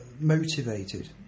Motivated